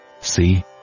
See